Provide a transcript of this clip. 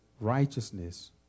righteousness